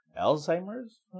Alzheimer's